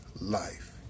life